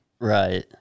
Right